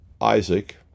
Isaac